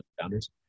founders